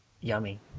Yummy